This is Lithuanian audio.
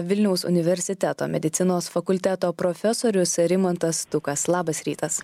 vilniaus universiteto medicinos fakulteto profesorius rimantas stukas labas rytas